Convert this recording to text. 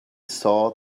saw